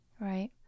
Right